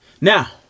Now